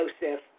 Joseph